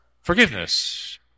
forgiveness